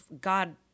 God